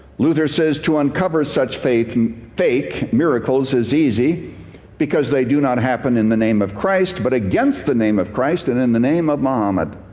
luther says to uncover such faith fake miracles is easy because they do not happen in the name of christ, but against the name of christ and in the name of muhammed.